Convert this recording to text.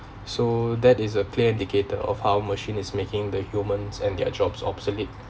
so that is a clear indicator of how machine is making the humans and their jobs obsolete